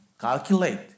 Calculate